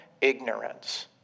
ignorance